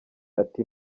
ati